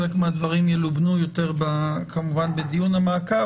חלק מהדברים ילובנו יותר בדיון המעקב,